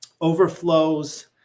overflows